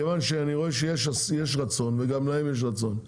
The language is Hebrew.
כיוון שאני רואה שיש רצון וגם להם יש רצון,